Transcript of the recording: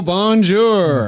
Bonjour